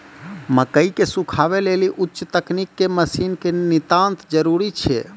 मकई के सुखावे लेली उच्च तकनीक के मसीन के नितांत जरूरी छैय?